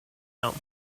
home